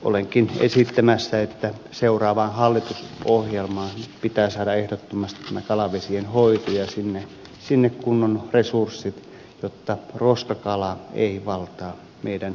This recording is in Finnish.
olenkin esittämässä että seuraavaan hallitusohjelmaan pitää saada ehdottomasti kalavesien hoito ja sinne kunnon resurssit jotta roskakala ei valtaa meidän arvokkaita vesiämme